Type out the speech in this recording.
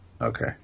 Okay